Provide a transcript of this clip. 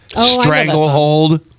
stranglehold